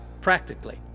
practically